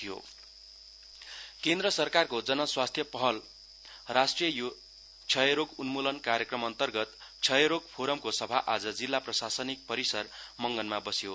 TB नर्थ केन्द्र सरकारको जन स्वास्थ्य पहल राष्ट्रिय क्षयरोग उन्मूलन कार्यक्रमअन्तर्गत क्षयरोग फोरमको सभा आज जिल्ला प्रशासनिक परिसर मङ्गनमा बस्यो